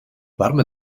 warme